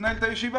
שתנהל את הישיבה.